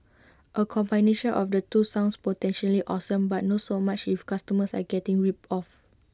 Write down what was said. A combination of the two sounds potentially awesome but no so much if customers are getting ripped off